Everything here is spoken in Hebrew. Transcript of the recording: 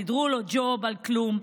סידרו לו ג'וב על כלום,